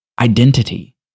Identity